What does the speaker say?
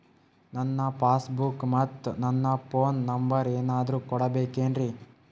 ನನ್ನ passbook ಮತ್ ನನ್ನ ಫೋನ್ ನಂಬರ್ ಏನಾದ್ರು ಕೊಡಬೇಕೆನ್ರಿ?